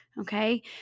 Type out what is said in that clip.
okay